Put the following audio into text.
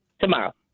tomorrow